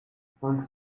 cinq